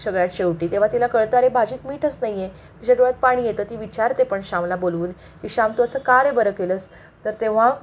सगळ्यात शेवटी तेव्हा तिला कळतं अरे भाजीत मीठच नाही आहे तिच्या डोळ्यात पाणी येतं ती विचारते पण श्यामला बोलवून की श्याम तू असं कारे बरं केलंस तर तेव्हा